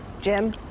Jim